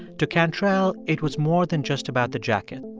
to cantrell, it was more than just about the jacket.